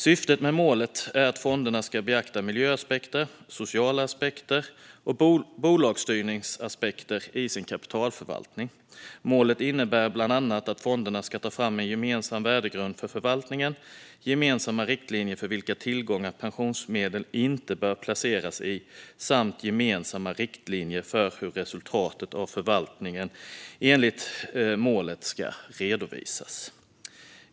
Syftet med målet är att fonderna ska beakta miljöaspekter, sociala aspekter och bolagsstyrningsaspekter i sin kapitalförvaltning. Målet innebär bland annat att fonderna ska ta fram en gemensam värdegrund för förvaltningen, gemensamma riktlinjer för vilka tillgångar pensionsmedel inte bör placeras i samt gemensamma riktlinjer för hur resultatet av förvaltningen enligt målet ska redovisas.